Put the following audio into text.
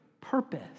purpose